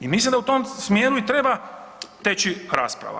I mislim da u tom smjeru i treba teći rasprava.